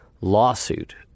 lawsuit